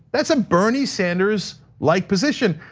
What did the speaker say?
that's a bernie sanders-like like position.